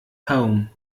home